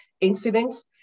incidents